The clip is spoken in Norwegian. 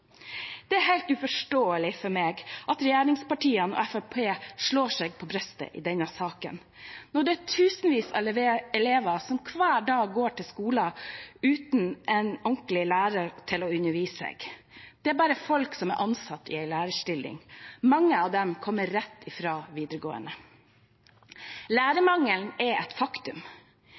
Det er helt uforståelig for meg at regjeringspartiene og Fremskrittspartiet slår seg på brystet i denne saken når det er tusenvis av elever som hver dag går på skolen uten en ordentlig lærer til å undervise seg, det er bare folk som er ansatt i lærerstillinger. Mange av dem kommer rett fra videregående. Lærermangelen er et faktum.